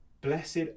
Blessed